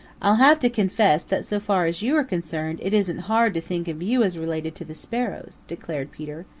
i'll have to confess that so far as you are concerned it isn't hard to think of you as related to the sparrows, declared peter.